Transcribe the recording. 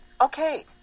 okay